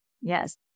Yes